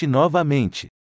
novamente